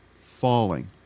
falling